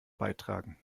beitragen